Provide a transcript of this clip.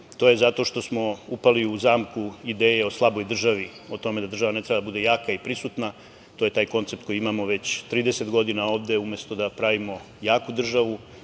je zato što smo upali u zamku ideje o slaboj državi, o tome da država ne treba da bude jaka i prisutna. To je taj koncept koji imamo već 30 godina ovde, umesto da pravimo jaku državu,